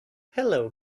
hello